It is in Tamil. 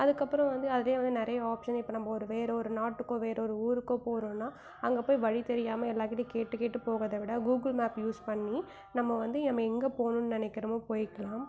அதுக்கப்பறம் வந்து அதே வந்து நிறைய ஆப்ஷன் இப்போ நம்ம ஒரு வேறு ஒரு நாட்டுக்கோ வேறு ஒரு ஊருக்கோ போகிறோன்னா அங்கே போய் வழி தெரியாமல் எல்லோருக்கிட்டயும் கேட்டு கேட்டு போகிறத விட கூகுள் மேப்பை யூஸ் பண்ணி நம்ம வந்து நம்ம எங்கே போகணுன்னு நினைக்கிறோமோ போயிக்கலாம்